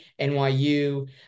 NYU